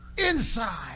inside